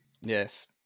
Yes